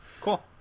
cool